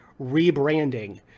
rebranding